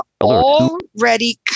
already